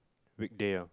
weekday ah